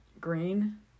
Green